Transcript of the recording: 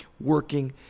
working